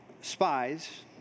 spies